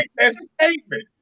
statement